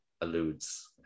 alludes